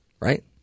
Right